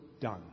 done